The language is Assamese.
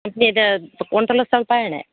আপুনি এতিয়া কন্ট্ৰলৰ চাউল পায়নে